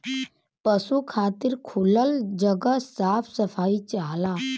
पसु खातिर खुलल जगह साफ सफाई चाहला